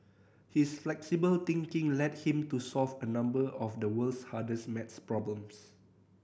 his flexible thinking led him to solve a number of the world's hardest maths problems